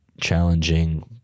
challenging